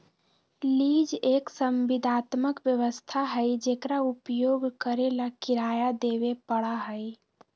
lease एक संविदात्मक व्यवस्था हई जेकरा उपयोग करे ला किराया देवे पड़ा हई